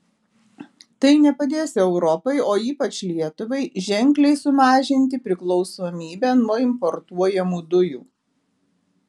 tai nepadės europai o ypač lietuvai ženkliai sumažinti priklausomybę nuo importuojamų dujų